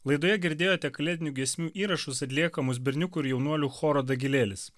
laidoje girdėjote kalėdinių giesmių įrašus atliekamus berniukų ir jaunuolių choro dagilėlis